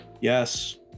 yes